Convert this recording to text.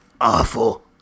Awful